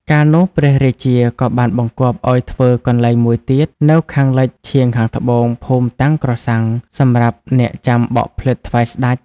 កាលនោះ ព្រះរាជាក៏បានបង្គាប់ឲ្យធ្វើកន្លែងមួយទៀត នៅខាងលិចឈាងខាងត្បូង ភូមិតាំងក្រសាំង សម្រាប់អ្នកចាំបក់ផ្លិតថ្វាយស្ដេច